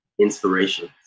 inspiration